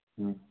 ꯎꯝ